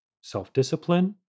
self-discipline